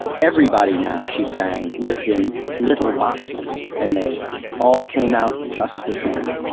everybody now, she sang, lived in little boxes and they all came out just the same.